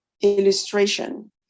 illustration